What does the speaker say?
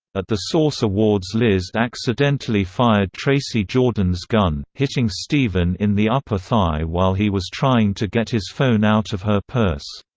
at the source awards liz accidentally fired tracy jordan's gun, hitting steven in the upper thigh while he was trying to get his phone out of her purse.